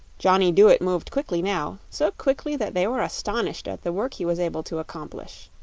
johnny dooit moved quickly now so quickly that they were astonished at the work he was able to accomplish.